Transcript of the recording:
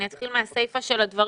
אני אתחיל מהסיפה של הדברים.